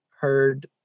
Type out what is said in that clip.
heard